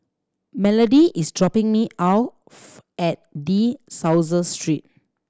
Melodie is dropping me at De Souza Street